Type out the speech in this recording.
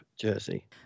Jersey